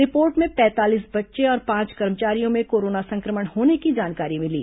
report में पैंतालीस बच्चे और पांच कर्मचारियों में कोरोना संक्रमण होने की जानकारी मिली